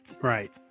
right